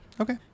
Okay